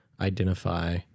identify